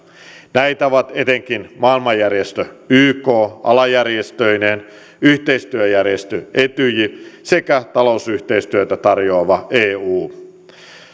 näitä ovat etenkin maailmanjärjestö yk alajärjestöineen yhteistyöjärjestö etyj sekä talousyhteistyötä tarjoava eu